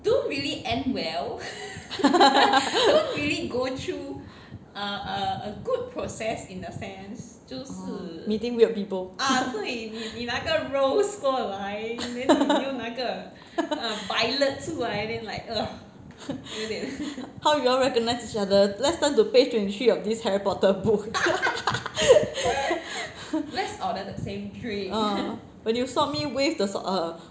meeting weird people how you all recognise each other let's turn to page twenty three of this harry potter book when you saw me wave the salt ah